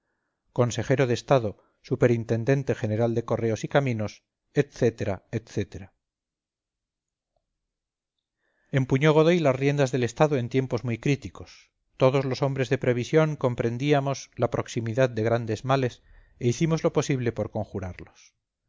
consejero de estado superintendente general de correos y caminos etc etcétera empuñó godoy las riendas del estado en tiempos muy críticos todos los hombres de previsión comprendíamos la proximidad de grandes males e hicimos lo posible por conjurarlos